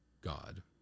God